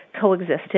coexisted